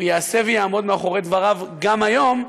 הוא יעשה ויעמוד מאחורי דבריו גם היום,